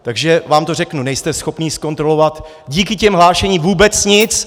Takže vám to řeknu: Nejste schopni zkontrolovat díky těm hlášením vůbec nic!